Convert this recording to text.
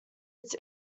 its